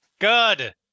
Good